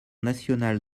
nationale